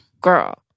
Girl